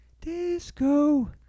Disco